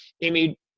Amy